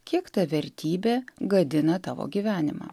kiek ta vertybė gadina tavo gyvenimą